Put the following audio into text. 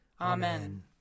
Amen